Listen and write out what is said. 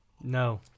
no